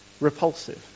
repulsive